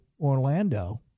Orlando